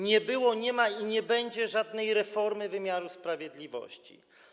Nie było, nie ma i nie będzie żadnej reformy wymiaru sprawiedliwości.